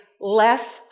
less